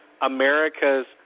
America's